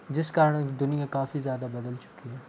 जिस कारण दुनिया काफ़ी ज़्यादा बदल चुकी है